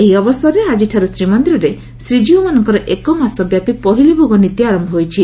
ଏହି ଅବସରରେ ଆଜିଠାରୁ ଶ୍ରୀମନ୍ଦିରରେ ଶ୍ରୀକୀଉମାନଙ୍କର ଏକମାସ ବ୍ୟାପୀ ପହିଲିଭୋଗ ନୀତି ଆରମ୍ ହୋଇଛି